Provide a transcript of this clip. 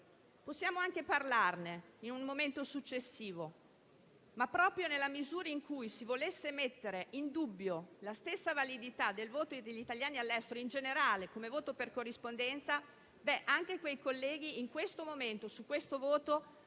possiamo anche parlarne in un momento successivo, ma proprio nella misura in cui si volesse mettere in dubbio la validità del voto degli italiani all'estero in generale, come voto per corrispondenza, anche quei colleghi in questo momento sono